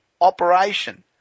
operation